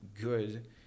good